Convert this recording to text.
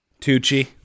Tucci